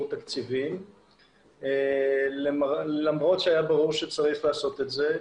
תקציבי למרות שהיה ברור שצריך לעשות את זה.